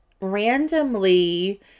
randomly